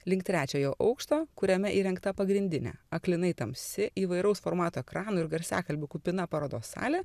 link trečiojo aukšto kuriame įrengta pagrindinė aklinai tamsi įvairaus formato ekranų ir garsiakalbių kupina parodos salė